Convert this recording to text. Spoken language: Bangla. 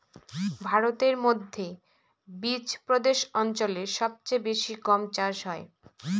ভারতের মধ্যে বিচপ্রদেশ অঞ্চলে সব চেয়ে বেশি গম চাষ হয়